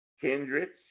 kindreds